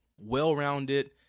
well-rounded